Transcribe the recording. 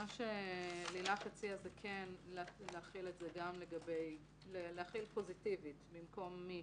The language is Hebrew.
מה שלילך הציעה זה להחיל את זה פוזיטיבית: במקום "מי",